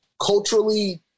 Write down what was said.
culturally